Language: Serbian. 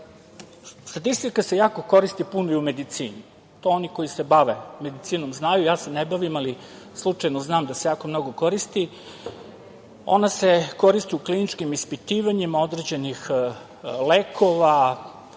statistika se jako puno koristi i u medicini, to oni koji se bave medicinom znaju, ja se ne bavim, ali slučajno znam da se jako mnogo koristi. Ona se koristi u kliničkim ispitivanjima određenih lekova,